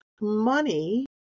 Money